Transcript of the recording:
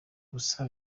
gusa